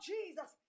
Jesus